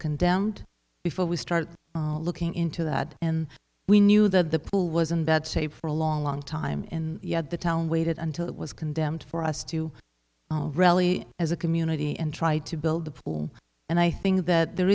condemned before we start looking into that and we knew that the pool was in bad shape for a long long time and yet the town waited until it was condemned for us to rally as a community and try to build the pool and i think that there